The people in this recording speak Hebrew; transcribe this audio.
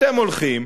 אתם הולכים,